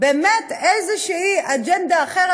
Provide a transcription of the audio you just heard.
באמת איזו אג'נדה אחרת,